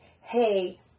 hey